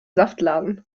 saftladen